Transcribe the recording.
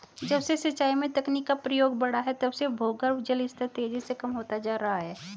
जब से सिंचाई में तकनीकी का प्रयोग बड़ा है तब से भूगर्भ जल स्तर तेजी से कम होता जा रहा है